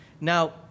Now